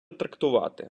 трактувати